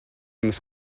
must